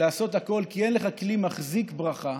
לעשות הכול, כי אין לך כלי מחזיק ברכה